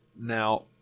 Now